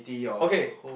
okay